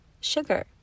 sugar